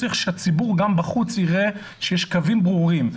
צריך שהציבור גם בחוץ יראה שיש קווים ברורים,